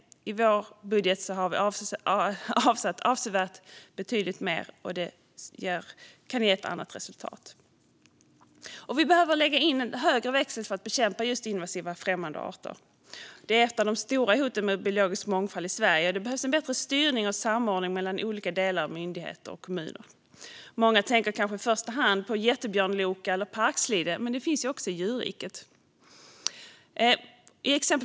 I vår budget har vi avsatt betydligt mer, och det kan ge ett annat resultat. Vi behöver lägga in en högre växel för att bekämpa just invasiva främmande arter. De är ett av de stora hoten mot biologisk mångfald i Sverige. Det behövs en bättre styrning och samordning mellan olika delar av myndigheter och kommuner. Många tänker kanske i första hand på jättebjörnloka eller parkslide, men invasiva arter finns också i djurriket.